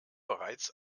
bereits